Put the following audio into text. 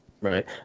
right